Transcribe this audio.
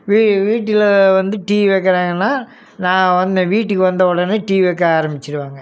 வீ வீட்டில் வந்து டீ வைக்கிறாங்கன்னா நான் வந்து வீட்டுக்கு வந்தவுடனே டீ வைக்க ஆரம்பிச்சிருவாங்க